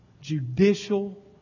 judicial